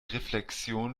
reflexion